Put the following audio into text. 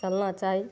फलाँ टाइम